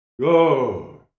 go